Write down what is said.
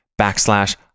backslash